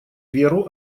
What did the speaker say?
веру